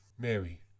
Mary